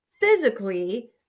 physically